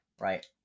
Right